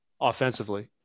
offensively